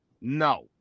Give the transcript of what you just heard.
No